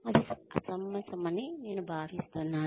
అది అసమంజసమని నేను భావిస్తున్నాను